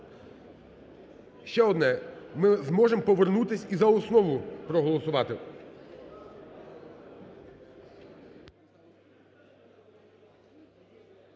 Ще одне, ми зможемо повернутися і за основу проголосувати?